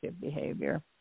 behavior